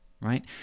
right